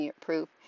proof